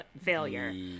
failure